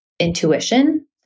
intuition